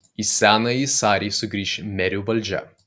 į senąjį sarį sugrįš merių valdžia